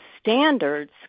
standards